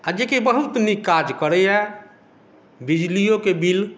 आ जे कि बहुत नीक काज करैए बिजलिओके बिल